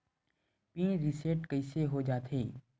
Pin reset कइसे हो जाथे?